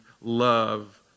love